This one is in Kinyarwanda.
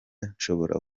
nshobora